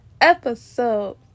episode